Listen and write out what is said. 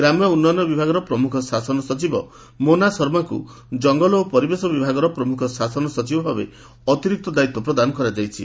ଗ୍ରାମ୍ୟ ଉନ୍ନୟନ ବିଭାଗର ପ୍ରମୁଖ ଶାସନ ସଚିବ ମୋନା ଶର୍ମାଙ୍କୁ ଜଙ୍ଗଲ ଓ ପରିବେଶ ବିଭାଗର ପ୍ରମୁଖ ଶାସନ ସଚିବ ଭାବେ ଅତିରିକ୍ତ ଦାୟିତ୍ ପ୍ରଦାନ କରାଯାଇଛି